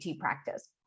practice